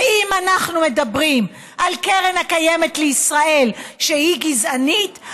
ואם אנחנו מדברים על קרן קיימת לישראל שהיא גזענית,